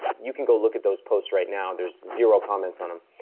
you can go look at those posts right now. there are zero comments on them.